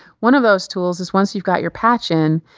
one of those tools is, once you've got your patch in,